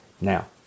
Now